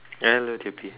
hello dear b